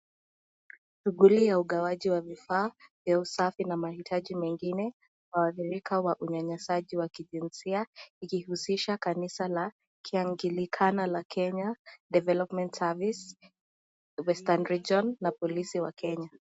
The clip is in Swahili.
Shughuli ya ugawaji wa vifaa vya usafi na mahitaji mengine inaoadhimika kwa unyanyasaji wa kijinsia ikihusisha kanisa la Kianglikana la Kenya Development Service Western region na polisi wa Kenya.